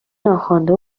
ناخوانده